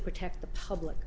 to protect the public